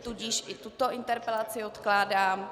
Tudíž i tuto interpelaci odkládám.